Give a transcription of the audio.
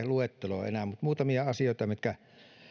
luetteloa enää mutta muutamia asioita mitkä